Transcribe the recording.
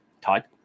Todd